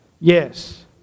yes